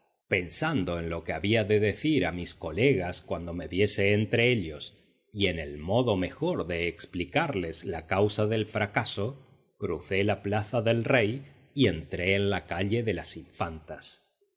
pensando en lo que había de decir a mis colegas cuando me viese entre ellos y en el modo mejor de explicarles la causa del fracaso crucé la plaza del rey y entré en la calle de las infantas